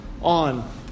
on